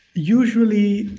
usually,